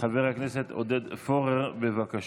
חבר הכנסת עודד פורר, בבקשה.